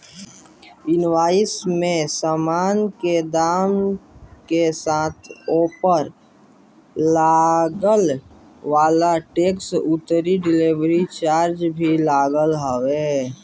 invoice में सामान के दाम के साथे ओपर लागे वाला टेक्स अउरी डिलीवरी चार्ज भी लिखल रहेला